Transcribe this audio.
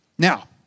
Now